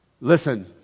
Listen